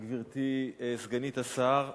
גברתי סגנית השר,